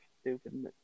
stupid